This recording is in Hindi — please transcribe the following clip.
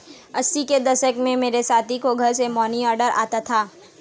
अस्सी के दशक में मेरे साथी को घर से मनीऑर्डर आता था